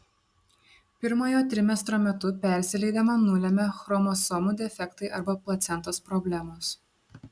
pirmojo trimestro metu persileidimą nulemia chromosomų defektai arba placentos problemos